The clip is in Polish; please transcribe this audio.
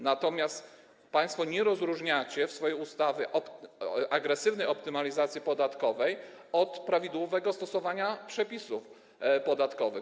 Natomiast państwo nie rozróżniacie w swojej ustawie agresywnej optymalizacji podatkowej i prawidłowego stosowania przepisów podatkowych.